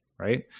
right